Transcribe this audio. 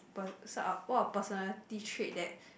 per~ what are personality trait that